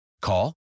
Call